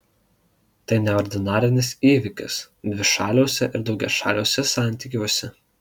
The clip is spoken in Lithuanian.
tai neordinarinis įvykis dvišaliuose ir daugiašaliuose santykiuose